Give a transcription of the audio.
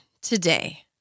today